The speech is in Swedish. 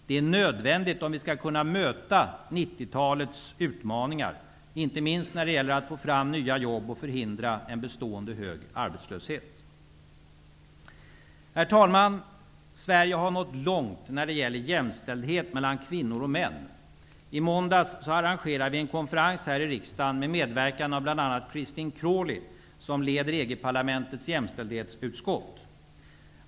Det är nödvändigt om vi skall kunna möta 1990-talets utmaningar, inte minst när det gäller att få fram nya jobb och förhindra en bestående hög arbetslöshet. Sverige har nått långt när det gäller jämställdhet mellan kvinnor och män. I måndags arrangerade vi en konferens här i riksdagen med medverkan av bl.a. Christine Crawley som leder EG-parlamentets jämställdhetsutskott.